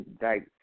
right